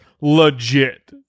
legit